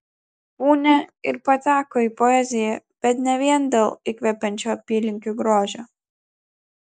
punia ir pateko į poeziją bet ne vien dėl įkvepiančio apylinkių grožio